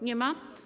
Nie ma?